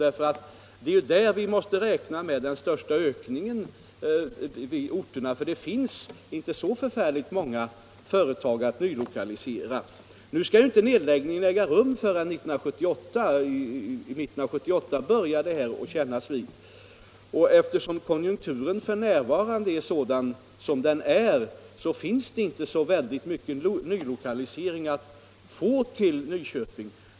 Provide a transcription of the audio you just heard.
Det är ju härigenom som man måste räkna med den största ökningen på orterna, för det finns inte så särskilt många företag att nylokalisera. Nu skall ju inte nedläggningen äga rum förrän 1978; i mitten av år 1978 börjar detta kännas. Eftersom konjunkturen f.n. är som den är, finns det inte så mycket nylokalisering att få till Nyköping.